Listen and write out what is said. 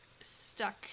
stuck